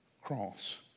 cross